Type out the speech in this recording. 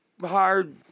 hard